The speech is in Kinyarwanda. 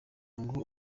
ngo